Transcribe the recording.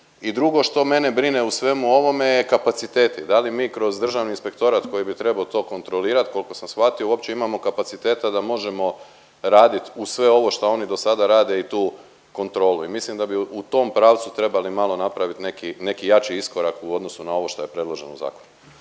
I drugo što mene brine u svemu ovome je kapaciteti. Da li mi kroz Državni inspektorat koji bi trebao to kontrolirati koliko sam shvatio uopće imamo kapaciteta da možemo raditi uz sve što oni do sada rade i tu kontrolu. I mislim da bi u tom pravcu trebali malo napraviti neki jači iskorak u odnosu na ovo što je predloženo u zakonu.